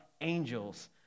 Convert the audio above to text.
angels